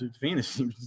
fantasy